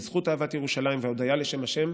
בזכות אהבת ירושלים והודיה בשם ה',